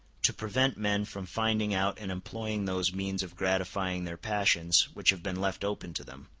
to prevent men from finding out and employing those means of gratifying their passions which have been left open to them